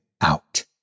out